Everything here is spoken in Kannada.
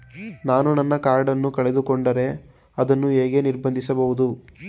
ನಾನು ನನ್ನ ಕಾರ್ಡ್ ಅನ್ನು ಕಳೆದುಕೊಂಡರೆ ಅದನ್ನು ಹೇಗೆ ನಿರ್ಬಂಧಿಸಬಹುದು?